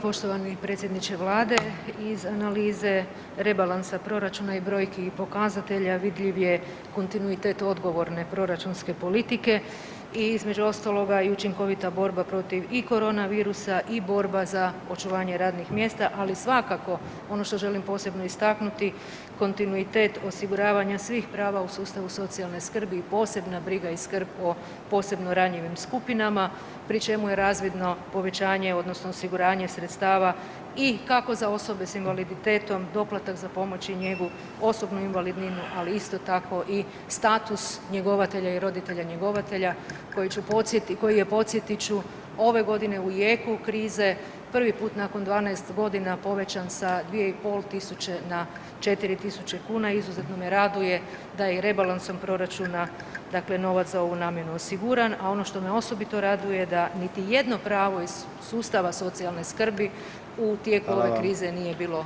Poštovani predsjedniče Vlade iz analize rebalansa proračuna i brojki i pokazatelja vidljiv je kontinuitet odgovorne proračunske politike i između ostaloga i učinkovita borba protiv i korona virusa i borba za očuvanje radnih mjesta, ali svakako ono što želim posebno istaknuti kontinuitet osiguravanja svih prava u sustavu socijalne skrbi i posebna briga i skrb o posebno ranjenim skupinama pri čemu je razvidno povećanje odnosno osiguranje sredstava i kako za osobe s invaliditetom, doplatak za pomoć i njegu, osobnu invalidninu, ali isto tako i status njegovatelja i roditelja njegovatelja koji će, koji je podsjetit ću ove godine u jeku krize prvi puta nakon 12 godina povećan sa 2.500 na 4.000 kuna i izuzetno me raduje da je i rebalansom proračuna dakle novac za ovu namjenu osiguran, a ono što me osobito raduje da niti jedno pravo iz sustava socijalne skrbi u tijeku ove krize [[Upadica: Hvala vam.]] nije bilo